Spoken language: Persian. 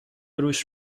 روش